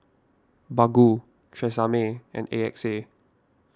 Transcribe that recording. Baggu Tresemme and A X A